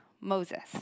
Moses